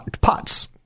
pots